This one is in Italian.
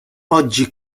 oggi